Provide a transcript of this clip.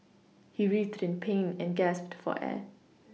he writhed in pain and gasped for air